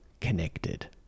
connected